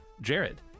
Jared